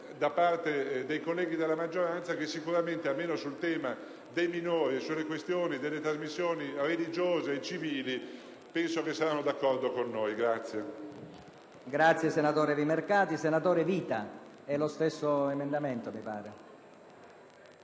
da parte dei colleghi della maggioranza che, almeno sul tema dei minori e sulle questioni delle trasmissioni religiose e civili, penso saranno d'accordo con noi.